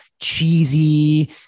cheesy